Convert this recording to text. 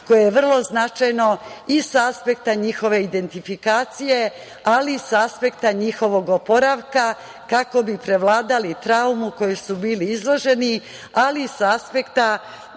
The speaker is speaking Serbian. koje je vrlo značajno i sa aspekta njihove identifikacije, ali i sa aspekta njihovog oporavka, kako bi prevladali traumu kojoj su bili izloženi, ali i sa aspekta